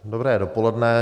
Dobré dopoledne.